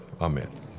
Amen